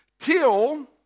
till